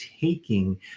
taking